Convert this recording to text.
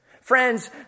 Friends